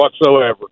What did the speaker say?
whatsoever